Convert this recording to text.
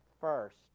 first